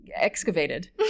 excavated